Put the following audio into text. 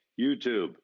YouTube